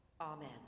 Amen